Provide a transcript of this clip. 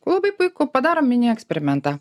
labai puiku padarom mini eksperimentą